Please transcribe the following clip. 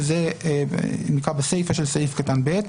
וזה בסיפה של סעיף קטן (ב),